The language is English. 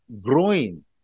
growing